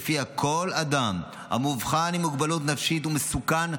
שלפיה כל אדם המאובחן עם מוגבלות נפשית הוא מסוכן,